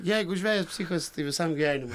jeigu žvejas psichas tai visam gyvenimui